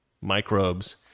microbes